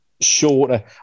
shorter